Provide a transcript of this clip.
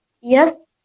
yes